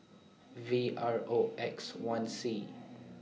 V R O X one C